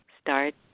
start